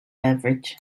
beverage